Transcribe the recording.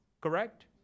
Correct